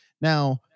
now